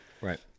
right